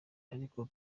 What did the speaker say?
ariko